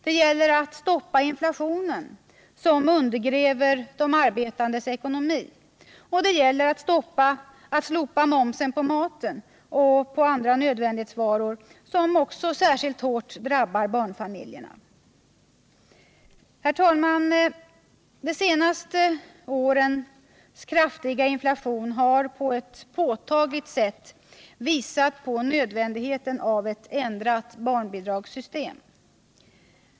Det gäller att stoppa inflationen, som undergräver de arbetandes ekonomi. Det gäller att slopa momsen på mat och andra nödvändighetsvaror, vilken särskilt hårt drabbar barnfamiljerna. Herr talman! De senaste årens kraftiga inflation har på ett påtagligt sätt visat på nödvändigheten av ett ändrat barnbidragssystem.